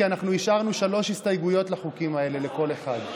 כי אנחנו אישרנו שלוש הסתייגויות לחוקים האלה לכל אחד.